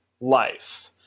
life